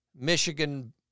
Michigan